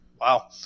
Wow